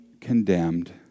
condemned